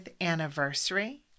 anniversary